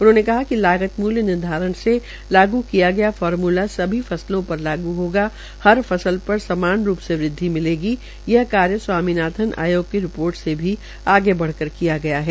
उन्होंने कहा कि लागत मूल्य निर्धारण के लागू किया गया फर्मूला सभी फसलों पर लागू होगा हर फसल पर समान रूप से वृद्वि मिलेगी यह कार्य स्वामी नाथन रिपोर्ट से भी आगे बढ़कर किया गया है